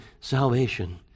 salvation